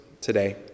today